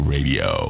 Radio